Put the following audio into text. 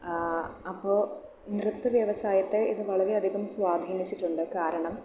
അപ്പോൾ നൃത്ത വ്യവസായത്തെ ഇത് വളരെ അധികം സ്വാധീനിച്ചിട്ടുണ്ട് കാരണം